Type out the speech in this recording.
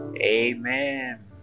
Amen